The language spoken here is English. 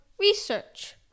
Research